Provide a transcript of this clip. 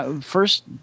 first